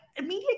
media